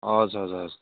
हजुर हजुर